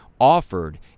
offered